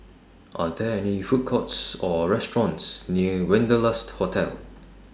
Are There Food Courts Or restaurants near Wanderlust Hotel